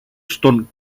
στον